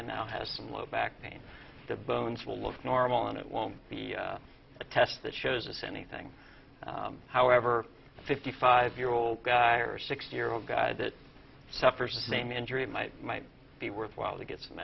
and now has some low back pain the bones will look normal and it won't be a test that shows us anything however fifty five year old guy or a six year old guy that suffers the same injury it might might be worthwhile to get